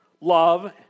love